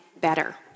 better